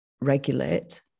regulate